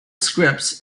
scripts